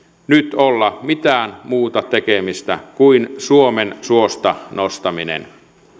nyt olla mitään muuta tekemistä kuin suomen suosta nostaminen